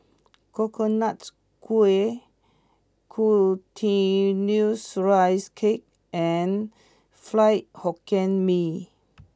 Coconut Kuih Glutinous Rice Cake and Fried Hokkien Mee